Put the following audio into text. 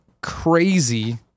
crazy